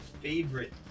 favorite